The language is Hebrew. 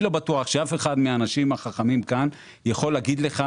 שלו אני לא בטוח שמישהו מהאנשים החכמים כאן יכול להתחייב,